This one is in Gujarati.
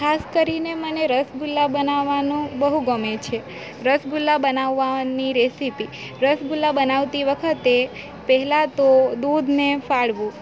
ખાસ કરીને મને રસગુલ્લા બનાવવાનું બહુ ગમે છે રસગુલ્લા બનાવવાની રેસિપી રસગુલ્લા બનાવતી વખતે પહેલાં તો દૂધને ફાડવું